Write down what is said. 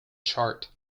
chart